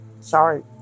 sorry